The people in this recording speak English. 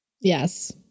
Yes